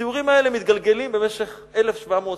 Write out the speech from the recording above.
התיאורים האלה מתגלגלים במשך 1,700 שנה.